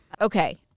Okay